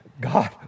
God